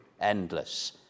Endless